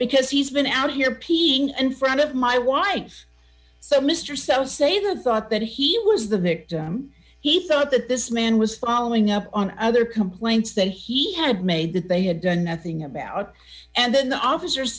because he's been out here peeing and front of my wife so mr so say the thought that he was the victim he thought that this man was following up on other complaints that he had made that they had done nothing about and then the officer